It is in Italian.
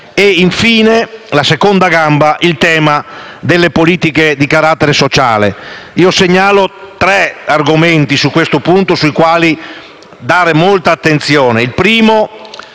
Infine, la seconda gamba è il tema delle politiche di carattere sociale. Segnalo tre argomenti su questo punto ai quali prestare molta attenzione.